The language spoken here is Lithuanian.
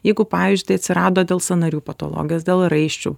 jeigu pavyzdžiui tai atsirado dėl sąnarių patologijos dėl raiščių